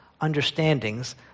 understandings